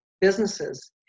businesses